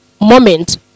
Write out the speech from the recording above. moment